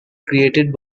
created